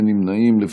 איננו, חבר